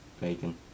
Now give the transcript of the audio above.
bacon